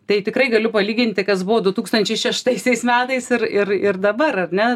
tai tikrai galiu palyginti kas buvo du tūkstančiai šeštaisiais metais ir ir ir dabar ar ne